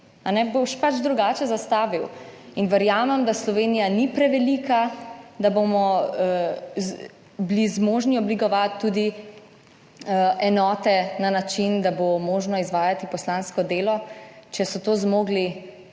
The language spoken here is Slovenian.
boš pač drugače zastavil in verjamem, da Slovenija ni prevelika, da bomo bili zmožni oblikovati tudi enote na način, da bo možno izvajati poslansko delo, če so to zmogli